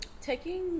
taking